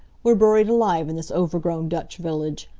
we're buried alive in this overgrown dutch village.